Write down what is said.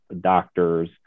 doctors